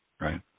Right